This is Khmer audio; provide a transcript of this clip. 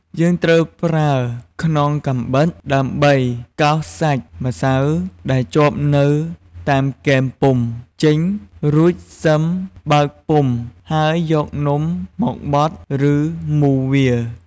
យើងត្រូវប្រើខ្នងកាំបិតដើម្បីកោសសាច់ម្សៅដែលជាប់នៅតាមគែមពុម្ពចេញ រួចសឹមបើកពុម្ព ហើយយកនំមកបត់ឬ មូរវា។